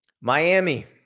Miami